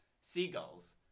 seagulls